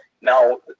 Now